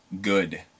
good